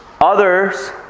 Others